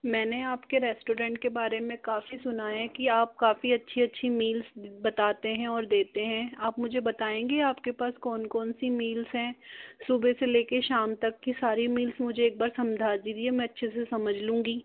मैंने आपके रेस्टोरेंट के बारे में काफ़ी सुना है कि आप काफ़ी अच्छी अच्छी मील्स बताते हैं और देते हैं आप मुझे बताएंगे आपके पास कौन कौन सी मील्स हैं सुबह से लेके शाम तक की सारी मील्स मुझे एक बार समझा दीजिए मैं अच्छे से समझ लूँगी